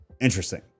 Interesting